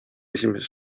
esimese